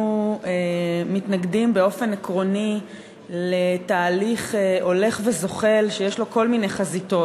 אנחנו מתנגדים באופן עקרוני לתהליך הולך וזוחל שיש לו כל מיני חזיתות.